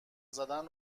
زدن